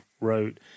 wrote